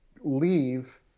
leave